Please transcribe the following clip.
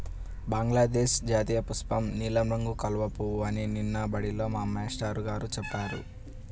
బంగ్లాదేశ్ జాతీయపుష్పం నీలం రంగు కలువ పువ్వు అని నిన్న బడిలో మా మేష్టారు గారు చెప్పారు